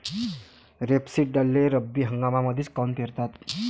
रेपसीडले रब्बी हंगामामंदीच काऊन पेरतात?